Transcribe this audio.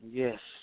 yes